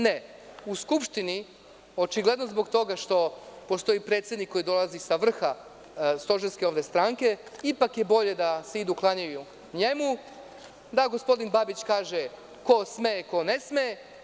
Ne, u Skupštini očigledno zbog toga što postoji predsednik koji dolazi sa vrha stožerske stranke ipak je bolje da se ide u klanjanju njemu, da gospodin Babić kaže ko sme i ko ne sme.